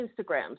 Instagram